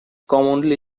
commonly